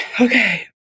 okay